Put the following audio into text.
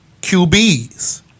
QBs